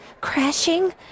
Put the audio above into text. crashing